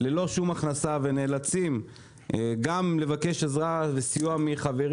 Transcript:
ללא שום הכנסה ונאלצים גם לבקש עזרה וסיוע מחברים.